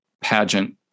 pageant